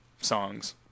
songs